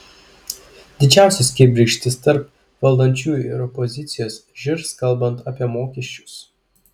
didžiausios kibirkštys tarp valdančiųjų ir opozicijos žirs kalbant apie mokesčius